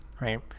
Right